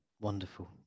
Wonderful